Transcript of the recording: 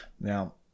Now